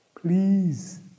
please